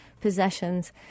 possessions